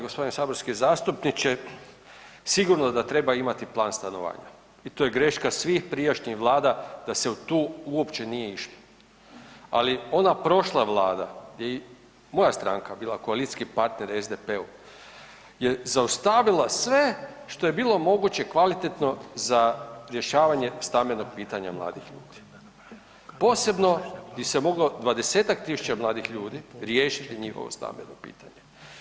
Poštovani g. saborski zastupniče, sigurno da treba imati plan stanovanja i to je greška svih prijašnjih Vlada da se tu uopće nije išlo ali ona prošla Vlada gdje je i moja stranka bila koalicijski partner SDP-u je zaustavila sve što je bilo moguće kvalitetno za rješavanje stambenog pitanja mladih ljudi, posebno di se moglo 20-ak tisuća mladih ljudi riješiti njihovo stambeno pitanje.